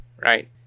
right